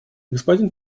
господин